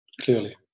clearly